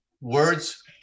words